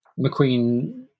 McQueen